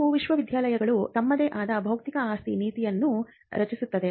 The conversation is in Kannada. ಕೆಲವು ವಿಶ್ವವಿದ್ಯಾಲಯಗಳು ತಮ್ಮದೇ ಆದ ಬೌದ್ಧಿಕ ಆಸ್ತಿ ನೀತಿಯನ್ನು ರಚಿಸುತ್ತವೆ